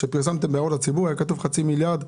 במה שפרסמתם בהערות לציבור היה כתוב חצי מיליארד.